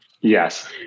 Yes